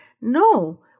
No